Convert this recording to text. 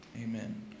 amen